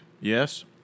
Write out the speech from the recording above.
Yes